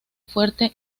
fuerte